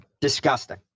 Disgusting